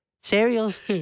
Cereals